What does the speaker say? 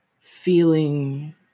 feeling